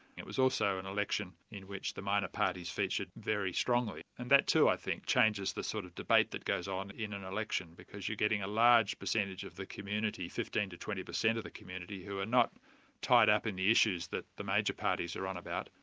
it was also an election in which the minor parties featured very strongly, and that too, i think, changes the sort of debate that goes on in an election, because you're getting a large percentage of the community, fifteen percent to twenty percent percent of the community, who are not tied up in the issues that the major parties are on about,